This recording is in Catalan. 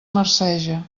marceja